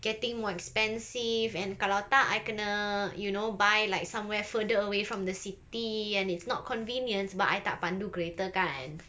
getting more expensive and kalau tak I kena you know buy like somewhere further away from the city and it's not convenient sebab I tak pandu kereta kan